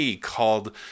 called